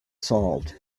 solved